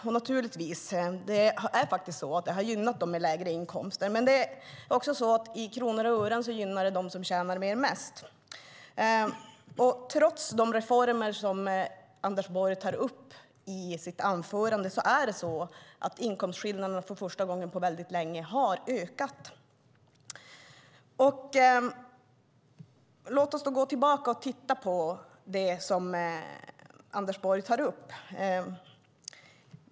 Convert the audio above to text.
Och naturligtvis: Det har gynnat dem med lägre inkomster. Men i kronor och ören gynnar det mest dem som tjänar mer. Trots de reformer som Anders Borg nämner i sitt anförande har inkomstskillnaderna ökat för första gången på väldigt länge. Låt oss gå tillbaka och titta på det som Anders Borg tar upp.